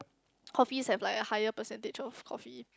coffees have like a higher percentage of coffee